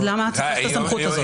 אז למה בעצם אתה צריך את הסמכות הזאת?